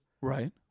Right